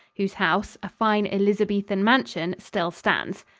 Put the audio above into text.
whose house, a fine elizabethan mansion, still stands.